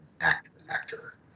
actor